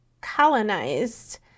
colonized